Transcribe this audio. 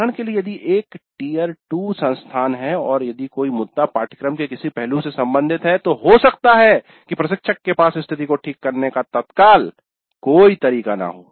उदाहरण के लिए यदि यह एक Tier II संस्थान है और यदि कोई मुद्दा पाठ्यक्रम के किसी पहलू से संबंधित है तो हो सकता है कि प्रशिक्षक के पास स्थिति को ठीक करने का तत्काल कोई तरीका न हो